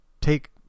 take